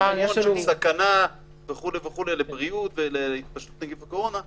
סכנה לבריאות ולהתפשטות נגיף הקורונה וכולי.